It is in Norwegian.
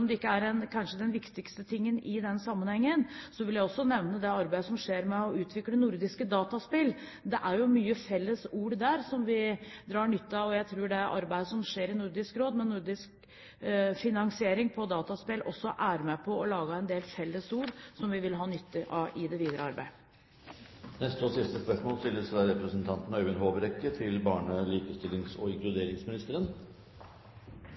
det kanskje ikke er det viktigste i den sammenhengen, vil jeg også nevne det arbeidet som skjer med å utvikle nordiske dataspill. Det er jo mange felles ord der som vi drar nytte av. Jeg tror det arbeidet som skjer i Nordisk Råd med nordisk finansiering av dataspill, også er med på å lage en del felles ord, som vi vil ha nytte av i det videre arbeidet. Dette spørsmålet er utsatt til neste spørretime. «Signaler fra barnevernet tyder på at knapphet på såkalte sentre for foreldre og